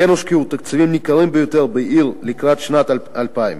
כמו כן הושקעו תקציבים ניכרים ביותר בעיר לקראת שנת 2000,